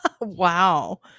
Wow